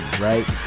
right